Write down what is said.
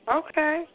okay